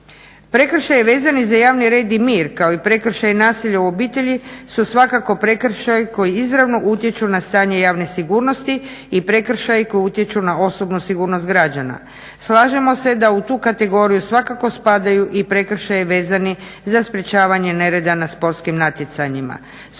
Prekršaji vezani za javni red i mir kao i prekršaji nasilja u obitelji su svakako prekršaji koji izravno utječu na stanje javne sigurnosti i prekršaji koji utječu na osobnu sigurnost građana. Slažemo se da u tu kategoriju svakako spadaju i prekršaji vezani za sprečavanje nereda na sportskim natjecanjima.